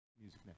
music